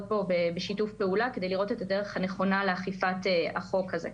פה בשיתוף פעולה כדי לראות את הדרך הנכונה לאכיפת החוק הזה.